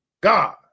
God